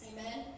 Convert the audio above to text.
Amen